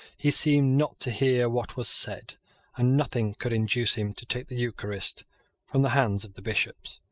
he seemed not to hear what was said and nothing could induce him to take the eucharist from the hands of the bishops.